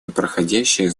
непреходящее